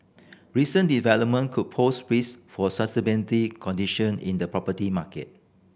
recent development could pose risk for sustainable condition in the property market